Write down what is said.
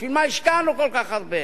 בשביל מה השקענו כל כך הרבה?